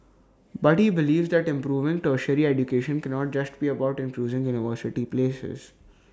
but he believes that improving tertiary education cannot just be about increasing university places